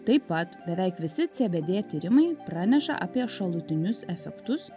taip pat beveik visi cbd tyrimai praneša apie šalutinius efektus